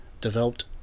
developed